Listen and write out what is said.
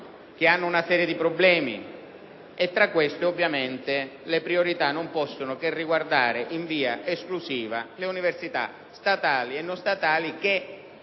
che hanno una serie di problemi; e tra queste, ovviamente, le priorità non possono che riguardare in via esclusiva le università statali e non statali che